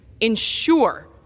ensure